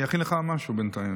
אני אכין לך משהו בינתיים.